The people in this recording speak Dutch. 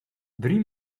drie